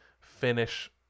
finish